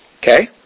Okay